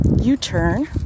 U-turn